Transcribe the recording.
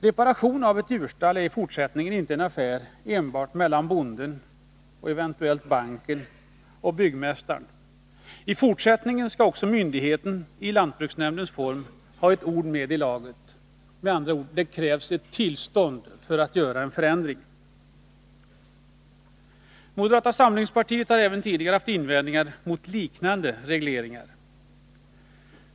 Reparation av ett djurstall kommer inte längre att vara en affär enbart mellan bonden och byggmästaren och eventuellt banken. I fortsättningen skall också en myndighet, lantbruksnämnden, ha ett ord med i laget. Det krävs med andra ord ett tillstånd för att göra en förändring. Moderata samlingspartiet har även tidigare haft invändningar mot liknande regleringar.